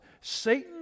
Satan